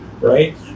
Right